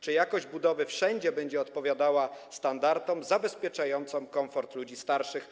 Czy jakość budowy wszędzie będzie odpowiadała standardom zabezpieczającym komfort ludzi starszych?